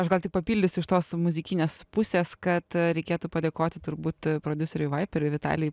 aš gal tik papildysiu iš tos muzikinės pusės kad reikėtų padėkoti turbūt prodiuseriui vaiperiui vitalijui